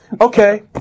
Okay